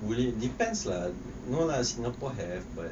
buli depends lah no lah singapore have but